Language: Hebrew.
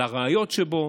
על הראיות שבו,